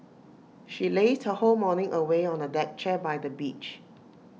she lazed her whole morning away on A deck chair by the beach